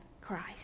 Christ